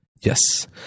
yes